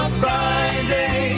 friday